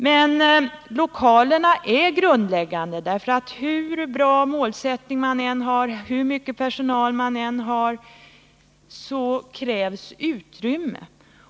Men lokalerna är grundläggande, för hur bra målsättning man än har och hur mycket personal man än har, så krävs det utrymme.